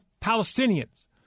Palestinians